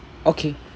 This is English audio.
okay